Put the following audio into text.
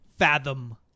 fathom